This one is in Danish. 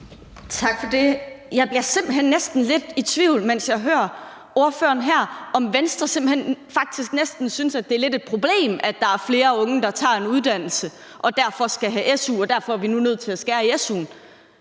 Tak for det. Jeg bliver simpelt hen lidt i tvivl om, når jeg hører ordføreren her, om Venstre faktisk næsten synes, det lidt er et problem, at der er flere unge, der tager en uddannelse og derfor skal have su, og vi derfor er nødt til at skære i su'en.